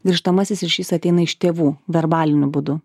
grįžtamasis ryšys ateina iš tėvų verbaliniu būdu